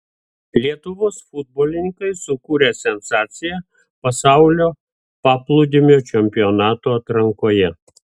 lietuvos futbolininkai sukūrė sensaciją pasaulio paplūdimio čempionato atrankoje